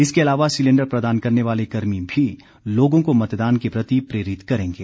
इसके अलावा सिलेंडर प्रदान करने वाले कर्मी भी लोगों को मतदान के प्रति प्रेरित करेंगे